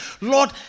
Lord